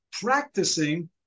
practicing